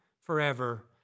forever